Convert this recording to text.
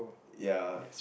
ya